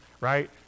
right